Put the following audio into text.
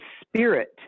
spirit